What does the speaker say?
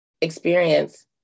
experience